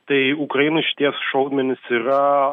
tai ukrainai šitie šaudmenys yra